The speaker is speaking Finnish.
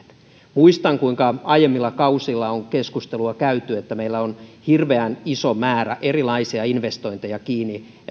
muistan kuinka aiemmilla kausilla on keskustelua käyty että meillä on hirveän iso määrä erilaisia investointeja kiinni